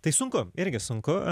tai sunku irgi sunku